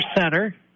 center